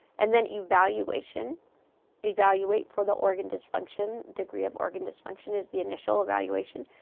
and then evaluation evaluate for the organ dysfunction, degree of organ dysfunction, is the initial evaluation.